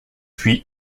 puis